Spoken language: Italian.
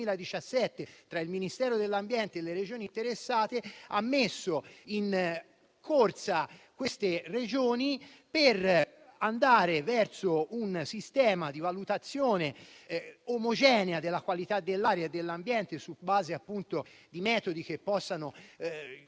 tra il Ministero dell'ambiente e le Regioni interessate che nel 2017 ha messo in corsa queste Regioni per andare verso un sistema di valutazione omogenea della qualità dell'aria e dell'ambiente sulla base di metodi che possano